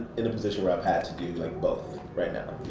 in a position where i've had to do like both right now,